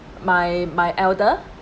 my my elder